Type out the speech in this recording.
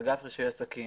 אגף רישוי עסקים